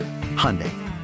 Hyundai